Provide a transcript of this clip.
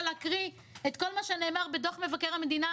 להקריא את כל מה שנאמר בדו"ח מבקר המדינה,